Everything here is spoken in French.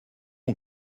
ont